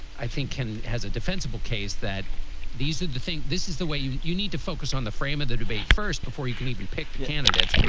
i think ken has a defensible case that these are the thing. this is the way you you need to focus on the frame of the debate first before you can even pick the candidates.